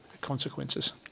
consequences